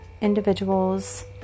individuals